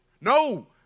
No